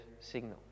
signal